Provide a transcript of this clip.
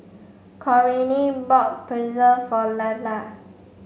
Corinne bought Pretzel for Lelar